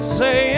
say